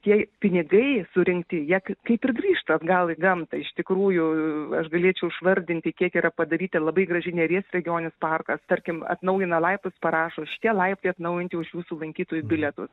tie pinigai surinkti jie kai kaip ir grįžta atgal į gamtą iš tikrųjų aš galėčiau išvardinti kiek yra padaryta labai gražiai neries regioninis parkas tarkim atnaujina laiptus parašo šitie laiptai atnaujinti už jūsų lankytojų bilietus